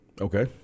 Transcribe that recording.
Okay